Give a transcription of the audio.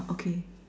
okay